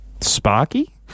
Sparky